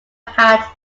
had